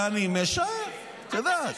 אבל אני משער, את יודעת.